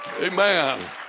Amen